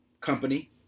company